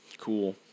Cool